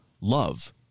love